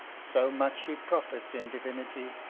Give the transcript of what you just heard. so much he profits in divinity,